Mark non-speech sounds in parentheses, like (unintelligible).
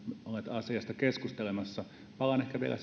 olleet asiasta keskustelemassa palaan ehkä vielä (unintelligible)